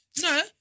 No